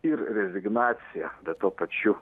ir rezignacija bet tuo pačiu